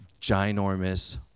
ginormous